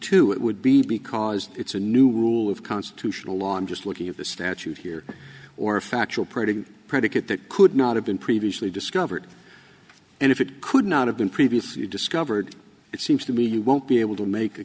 two it would be because it's a new rule of constitutional law i'm just looking at the statute here or factual pretty predicate that could not have been previously discovered and if it could not have been previous you discovered it seems to me you won't be able to make a